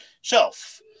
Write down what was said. shelf